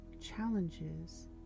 challenges